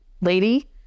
lady